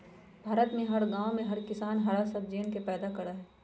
भारत में हर गांव में हर किसान हरा सब्जियन के पैदा करा हई